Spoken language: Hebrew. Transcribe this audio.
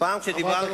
פעם כשדיברנו,